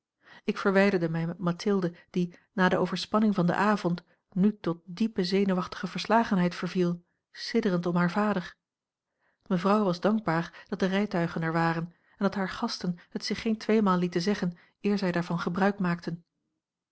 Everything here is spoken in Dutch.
ik verwijderde mij met mathilde die na de overspanning van den avond nu tot diepe zenuwachtige verslagenheid verviel sidderend om haar vader mevrouw was dankbaar dat de rijtuigen er waren en dat hare gasten het zich geen tweemaal lieten zeggen eer zij daarvan gebruik maakten